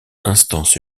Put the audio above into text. instance